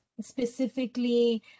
specifically